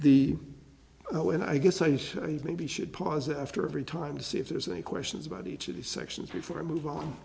the oh and i guess i just maybe should pause after every time to see if there's any questions about each of the sections before i move on